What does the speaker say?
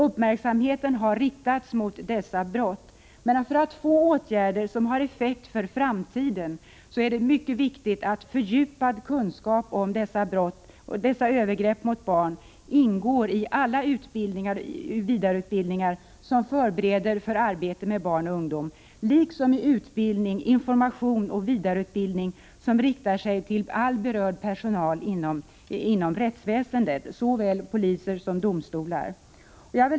Uppmärksamheten har riktats mot dessa brott, men för att få till stånd åtgärder som har effekt för framtiden är det mycket viktigt att fördjupad kunskap om sexuella övergrepp mot barn ingår i alla utbildningar och vidareutbildningar som förbereder för arbete med barn och ungdom, liksom i utbildning, information och vidareutbildning som riktar sig till all berörd personal inom rättsväsendet — såväl poliser som domstolar.